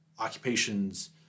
occupations